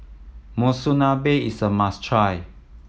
monsunabe is a must try